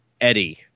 Eddie